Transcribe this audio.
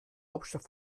hauptstadt